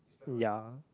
ya